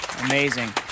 amazing